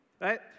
Right